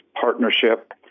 partnership